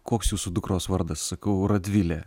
koks jūsų dukros vardas sakau radvilė